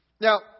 Now